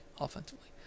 offensively